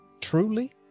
Truly